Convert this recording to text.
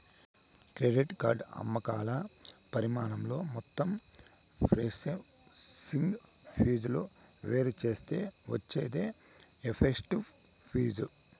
credit card అమ్మకాల పరిమాణంతో మొత్తం ప్రాసెసింగ్ ఫీజులు వేరుచేత్తే వచ్చేదే ఎఫెక్టివ్ ఫీజు